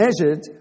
measured